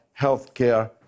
healthcare